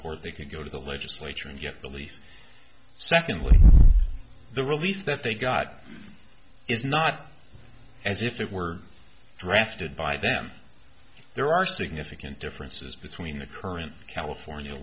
court they could go to the legislature and get relief secondly the relief that they got it's not as if it were drafted by them there are significant differences between the current california